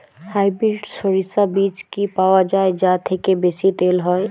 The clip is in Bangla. হাইব্রিড শরিষা বীজ কি পাওয়া য়ায় যা থেকে বেশি তেল হয়?